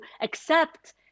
accept